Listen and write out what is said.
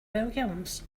williams